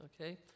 Okay